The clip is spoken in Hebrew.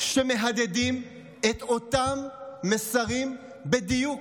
שמהדהדים את אותם מסרים בדיוק: